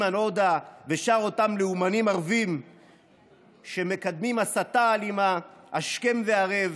איימן עודה ושאר אותם לאומנים ערבים שמקדמים הסתה אלימה השכם והערב,